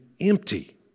empty